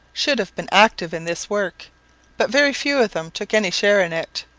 should have been active in this work but very few of them took any share in it.